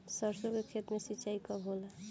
सरसों के खेत मे सिंचाई कब होला?